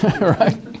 Right